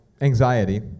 anxiety